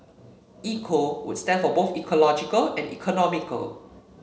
eco would stand for both ecological and economical